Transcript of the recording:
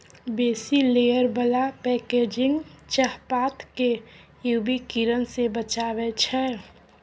बेसी लेयर बला पैकेजिंग चाहपात केँ यु वी किरण सँ बचाबै छै